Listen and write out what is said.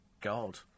God